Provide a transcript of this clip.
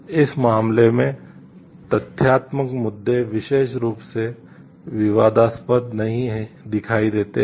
इस मामले में तथ्यात्मक मुद्दे विशेष रूप से विवादास्पद नहीं दिखाई देते हैं